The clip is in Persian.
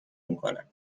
میکنم